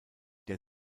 der